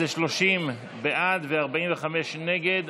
אז זה 30 בעד ו-45 נגד.